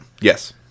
Yes